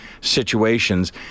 situations